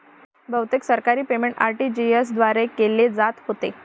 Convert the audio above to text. बहुतेक सरकारी payment RTGS द्वारे केले जात होते